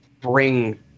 bring